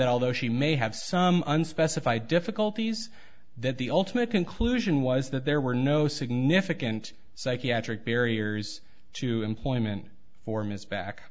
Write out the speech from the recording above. although she may have some unspecified difficulties that the ultimate conclusion was that there were no significant psychiatric barriers to employment for ms back